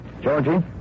Georgie